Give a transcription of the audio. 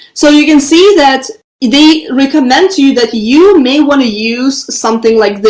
so you can see that they recommend to you that you may want to use something like this.